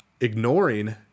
ignoring